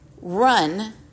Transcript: run